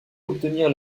obtenir